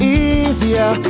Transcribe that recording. easier